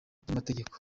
by’amategeko